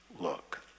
look